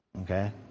Okay